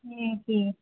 நேற்று